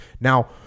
Now